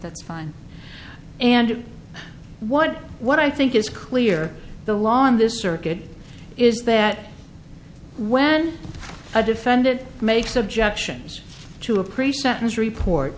that's fine and what what i think is clear the law in this circuit is that when a defendant makes objections to a pre sentence report